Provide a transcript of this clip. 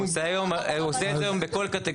הוא עושה את זה היום בכל קטגוריות